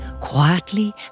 Quietly